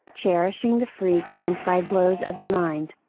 cherishing the freaks and by blows of the mind,